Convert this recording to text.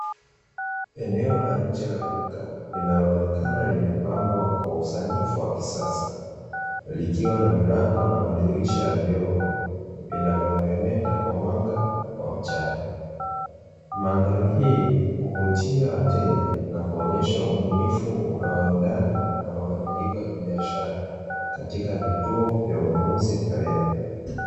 Eneo la nje la duka linaonekana likiwa limepambwa kwa usanifu wa kisasa, likiwa na milango na madirisha ya vioo vinavyomeremeta kwa mwanga wa mchana, mandhari hii huvutia wateja na kuonyesha ubunifu unaoendana na mabadiliko ya kibiashara katika vituo vya ununuzi vya leo.